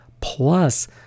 plus